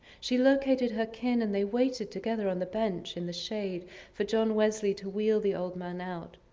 she located her kin and they waited together on the bench in the shade for john wesley to wheel the old man out.